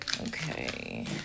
okay